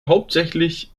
hauptsächlich